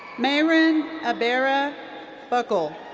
meron abera bekele.